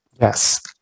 Yes